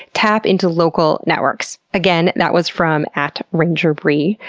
tap into local networks. again, that was from at ranger bri.